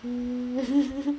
mm